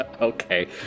okay